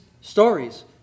stories